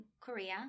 Korea